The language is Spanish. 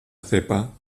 cepa